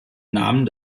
namen